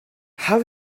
how